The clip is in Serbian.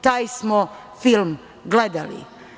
Taj smo film gledali.